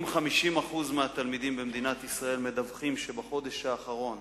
אם 50% מהתלמידים במדינת ישראל מדווחים שבחודש האחרון